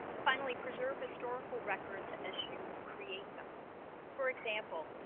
and finally preserve historical records as you create them for example,